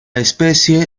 especie